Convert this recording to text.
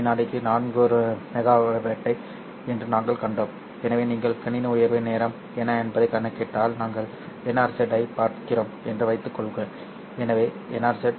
வினாடிக்கு 400 மெகாபைட் என்று நாங்கள் கண்டோம் எனவே நீங்கள் கணினி உயர்வு நேரம் என்ன என்பதைக் கணக்கிட்டால் நாங்கள் NRZ ஐப் பார்க்கிறோம் என்று வைத்துக் கொள்ளுங்கள் எனவே NRZ 0